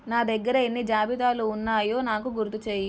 నా దగ్గర ఎన్ని జాబితాలు ఉన్నాయో నాకు గుర్తు చేయి